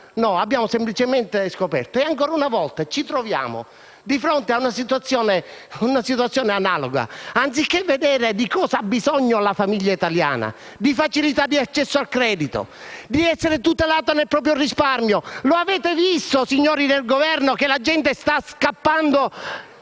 lo abbiamo semplicemente coperto. Ancora una volta ci troviamo di fronte ad una situazione analoga e non vediamo di cosa ha bisogno la famiglia italiana, cioè di facilità di accesso al credito e di essere tutelata nel proprio risparmio. Lo avete visto, signori del Governo, che la gente sta scappando,